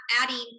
adding